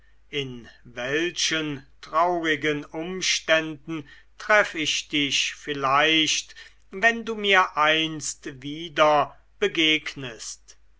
in welchen traurigen umständen treff ich dich vielleicht wenn du mir einst wieder begegnest